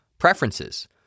Preferences